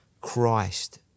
Christ